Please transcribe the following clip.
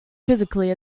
quizzically